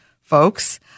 folks